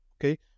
okay